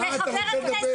אה, אתה רוצה לדבר.